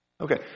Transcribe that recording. Okay